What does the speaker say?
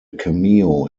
cameo